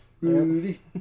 Rudy